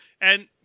And-